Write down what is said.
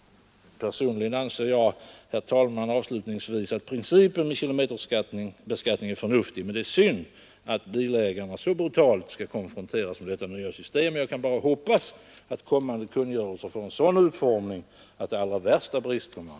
Personligen anser jag, herr talman, avslutningsvis att principen med kilometerbeskattning är förnuftig. Men det är synd att bilägarna så brutalt skall konfronteras med detta nya system. Jag kan bara hoppas att kommande kungörelser får en sådan utformning att de allra värsta bristerna avhjälps.